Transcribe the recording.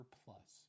plus